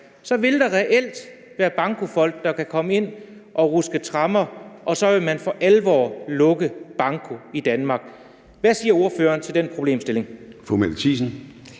så vil der reelt være bankofolk, der kan komme ind og ruske tremmer, og så vil man for alvor lukke banko i Danmark. Hvad siger ordføreren til den problemstilling? Kl.